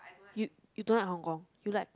you you don't like Hong-Kong you like